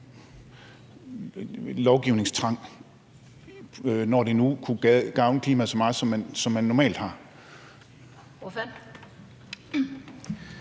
lovgivningstrang, når man nu kunne gavne klimaet så meget, som man normalt har?